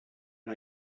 and